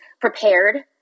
prepared